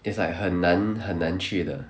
it's like 很难很难去的